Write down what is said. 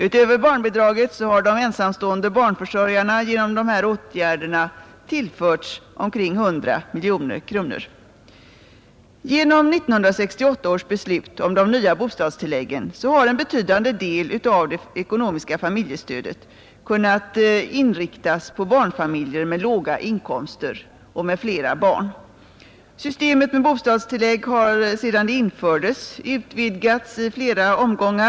Utöver barnbidraget har de ensamstående barnförsörjarna genom dessa åtgärder tillförts omkring 100 miljoner kronor. Genom 1968 års beslut om de nya bostadstilläggen har en betydande del av det ekonomiska familjestödet kunnat inriktas på barnfamiljer med låga inkomster och med flera barn. Systemet med bostadstillägg har sedan det infördes utvidgats i flera omgångar.